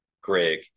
Greg